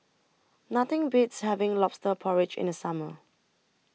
Nothing Beats having Lobster Porridge in The Summer